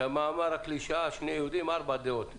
כמאמר הקלישה, שני יהודים, ארבע דעות.